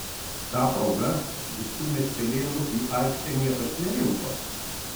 ta proga visų miestelėnų į aikštę niekas nerinko